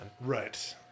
Right